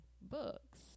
books